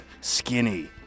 skinny